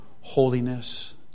holiness